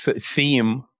theme